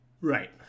Right